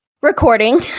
recording